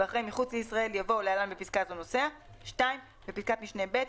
ואחרי "מחוץ לישראל" יבוא "(להלן בפסקה זו, נוסע)"; בפסקת משנה (ב),